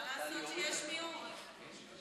מה לעשות שיש מיעוט?